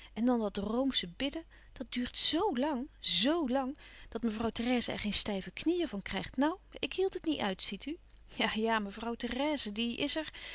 en dan dat roomsche bidden dat duurt z lang z lang dat mevrouw therèse er geen stijve knieën van krijgt nou ik hield het niet uit ziet u ja ja mevrouw therèse die is er